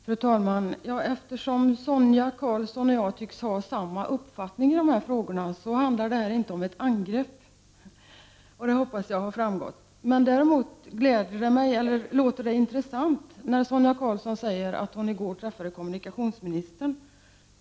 Fru talman! Eftersom Sonia Karlsson och jag tycks ha samma uppfattning i dessa frågor handlar det här inte om ett angrepp, det hoppas jag har fram gått. Det låter intressant när Sonia Karlsson säger att hon i går träffade kommu nikationsministern.